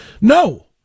No